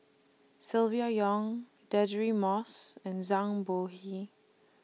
Silvia Yong Deirdre Moss and Zhang Bohe